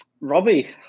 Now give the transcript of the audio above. Robbie